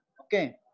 Okay